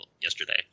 yesterday